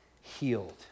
healed